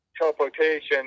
teleportation